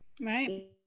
Right